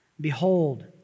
Behold